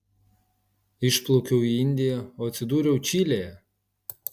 išplaukiau į indiją o atsidūriau čilėje